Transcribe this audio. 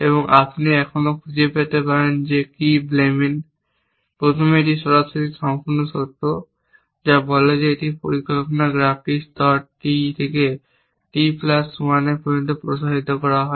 এবং আপনি এখনও খুঁজে পেতে পারেন এবং কী ব্লেমেন প্রথমে এটি সরাসরি সম্পূর্ণ শর্ত যা বলে যে যদি পরিকল্পনা গ্রাফটি স্তর T থেকে T প্লাস 1 পর্যন্ত প্রসারিত করা হয়